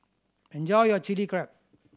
enjoy your Chili Crab